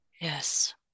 yes